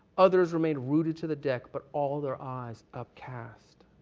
others remained rooted to the deck, but all their eyes up cast.